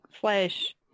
flesh